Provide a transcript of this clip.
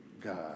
God